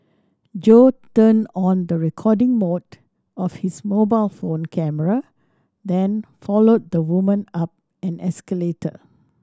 Jo turned on the recording mode of his mobile phone camera then followed the woman up an escalator